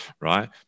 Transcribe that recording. right